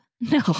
no